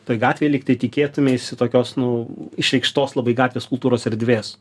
toj gatvėj lyg tai tikėtumeisi tokios nu išreikštos labai gatvės kultūros erdvės